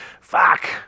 Fuck